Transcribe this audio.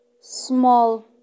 small